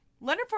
leonard